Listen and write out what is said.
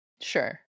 Sure